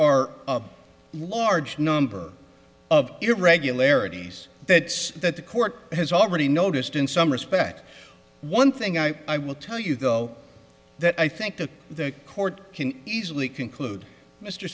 are a large number of irregularities that that the court has already noticed in some respect one thing i will tell you though that i think the court can easily conclude mr